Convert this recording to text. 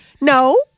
No